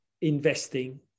investing